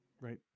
Right